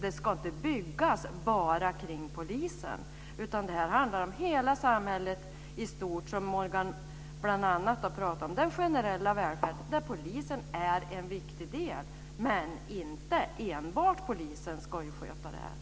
Det ska inte byggas bara kring polisen, utan det handlar om hela samhället i stort. Morgan pratade ju bl.a. om den generella välfärden. Där är polisen en viktig del, men det är inte enbart polisen som ska sköta detta.